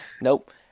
Nope